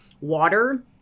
water